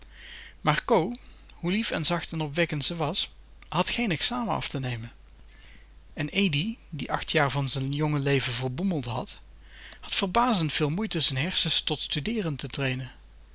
maar co hoe lief en zacht en opwekkend ze was had geen examen af te nemen en edi die acht jaar van z'n jonge leven verboemeld had had verbazend veel moeite z'n hersens tot studeeren te trainen